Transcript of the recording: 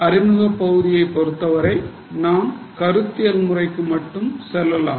அறிமுகப் பகுதியைப் பொறுத்தவரை நாம் கருத்தியல் முறைக்கு மட்டும் செல்லலாம்